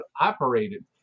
operated